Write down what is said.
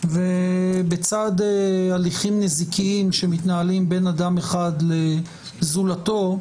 ובצד הליכים נזיקיים שמתנהלים בין אדם אחד לזולתו,